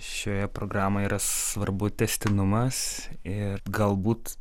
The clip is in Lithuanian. šioje programoje yra svarbu tęstinumas ir galbūt